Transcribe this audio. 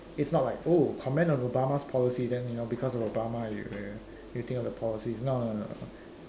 it's not like oh comment on Obama's policy then you know because of Obama you uh you think of the policies no no no